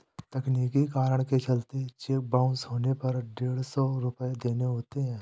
तकनीकी कारण के चलते चेक बाउंस होने पर डेढ़ सौ रुपये देने होते हैं